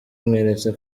bamweretse